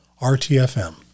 RTFM